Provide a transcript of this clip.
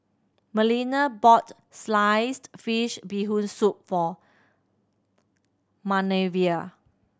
Melina bought sliced fish Bee Hoon Soup for Manervia